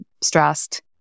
stressed